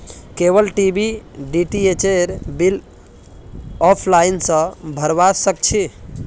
cable TV डीटीएचेर bill offline स भरवा सक छी